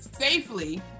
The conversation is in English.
safely